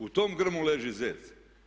U tom grmu leži zec.